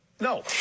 no